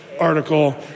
article